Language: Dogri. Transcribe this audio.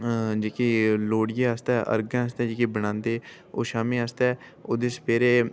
जेह्की लोह्ड़ी आस्तै अ'र्गें आस्तै जेह्की बनांदे ओह् शामीं आस्तै ओह् जिसी सवेरे